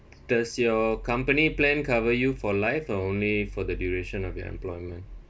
does your company plan cover you for life or only for the duration of your employment